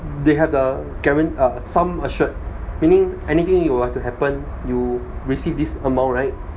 they have the guaran~ um sum assured meaning anything you are to happen you receive this amount right